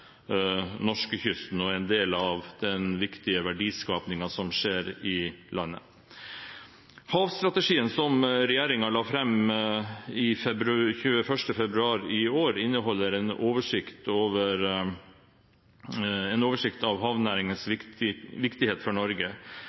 norskekysten og er en del av den viktige verdiskapingen som skjer i landet. Havstrategien som regjeringen la fram 21. februar i år, inneholder en oversikt over havnæringens viktighet for